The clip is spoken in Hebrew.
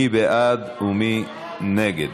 מי בעד ומי נגד?